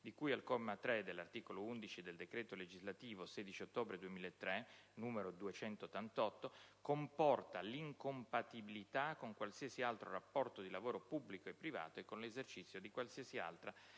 di cui al comma 3 dell'articolo 11 del decreto legislativo 16 ottobre 2003, n. 288, comporta l'incompatibilità con qualsiasi altro rapporto di lavoro pubblico e privato e con l'esercizio di qualsiasi